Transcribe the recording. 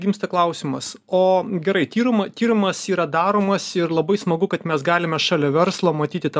gimsta klausimas o gerai tyrumą tyrumas yra daromas ir labai smagu kad mes galime šalia verslo matyti ta